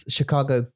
Chicago